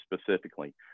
specifically